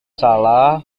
salah